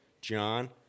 John